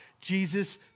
Jesus